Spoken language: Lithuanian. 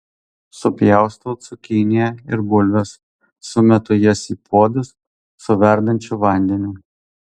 supjaustau cukiniją ir bulves sumetu jas į puodus su verdančiu vandeniu